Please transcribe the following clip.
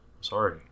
Sorry